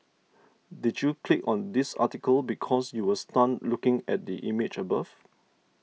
did you click on this article because you were stunned looking at the image above